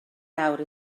nawr